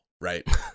right